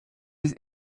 des